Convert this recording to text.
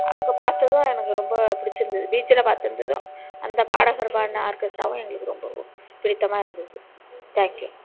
அங்கே பார்த்ததும் எனக்கு ரொம்ப பிடிச்சிருந்தது பீச்சில் பார்த்துருந்ததும் அந்த பாடகர் பாடின ஆர்கெஸ்ட்ராவும் எங்களுக்கு ரொம்பவும் பிடித்தமாக இருந்தது தேங்க்யூ